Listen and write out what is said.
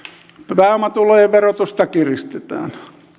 pääomatulojen verotusta kiristetään